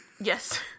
Yes